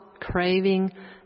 craving